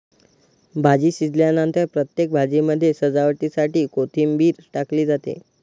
भाजी शिजल्यानंतर प्रत्येक भाजीमध्ये सजावटीसाठी कोथिंबीर टाकली जाते